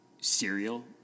cereal